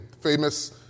Famous